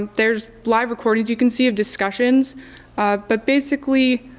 there's live recordings you can see of discussions but basically,